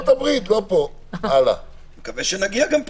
לתקן את החוק הקיים ולרשום: אלימות לרבות אלימות על בסיס כלכלי ולא